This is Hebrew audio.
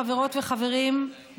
חברות וחברים,